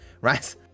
right